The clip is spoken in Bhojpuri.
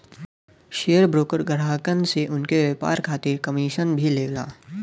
शेयर ब्रोकर ग्राहकन से उनके व्यापार खातिर कमीशन भी लेवला